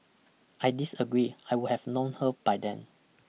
I disagree I would have known her by then